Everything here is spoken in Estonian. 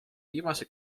viimase